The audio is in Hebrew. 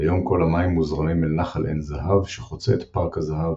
כיום כל המים מוזרמים אל נחל עין זהב שחוצה את פארק הזהב,